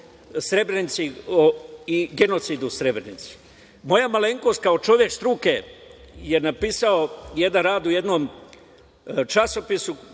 Srebrenici i genocidu u Srebrenici. Moja malenkost, kao čovek struke, napisao je jedan rad u jednom časopisu,